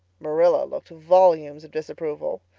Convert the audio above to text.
marilla looked volumes of disapproval.